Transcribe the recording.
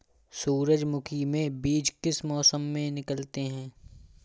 सूरजमुखी में बीज किस मौसम में निकलते हैं?